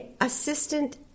assistant